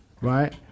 right